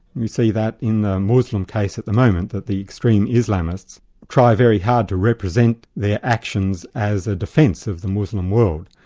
we see that in the muslim case at the moment that the extreme islamists try very hard to represent their actions as a defence of the muslim world.